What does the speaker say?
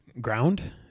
Ground